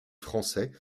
français